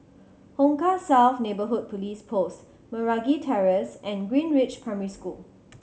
Hong Kah South Neighbourhood Police Post Meragi Terrace and Greenridge Primary School